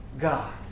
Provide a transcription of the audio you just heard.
God